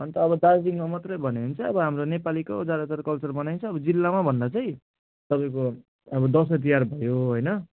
अन्त अब दार्जिलिङमा मात्रै भन्यो भने चाहिँ हाम्रो नेपालीको ज्यादातर कल्चर मनाइन्छ अब जिल्लामा भन्दा चाहिँ तपाईँको अब दसैँ तिहार भयो होइन